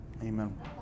amen